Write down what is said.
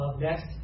Next